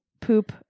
poop